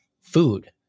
food